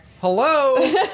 Hello